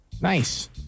Nice